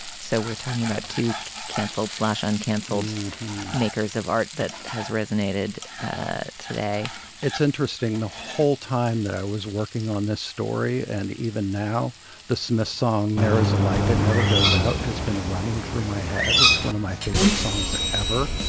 so we're talking about two canceled slash on canceled makers of art that has resonated ah today it's interesting the whole time that i was working on this story and even now the smiths song there is a light that never goes out has been running through my head. it's one of my favorite songs ever